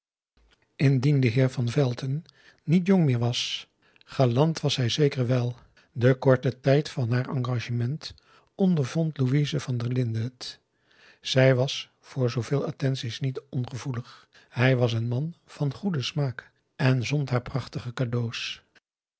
indien de heer van velton niet jong meer was galant was hij zeker wèl den korten tijd van haar engagement ondervond louise van der linden het zij was voor zoo veel attenties niet ongevoelig hij was een man van goeden smaak en zond haar prachtige cadeaux